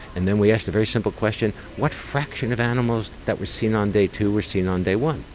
and then we asked a very simple question what fraction of animals that were seen on day two were seen on day one?